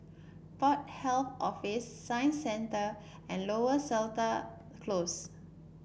Port Health Office Science Centre and Lower Seletar Close